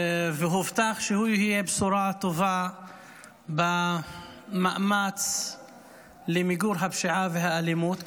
והובטח שהוא יהיה בשורה טובה במאמץ למיגור הפשיעה והאלימות,